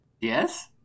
Yes